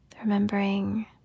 Remembering